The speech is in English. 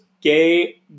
gay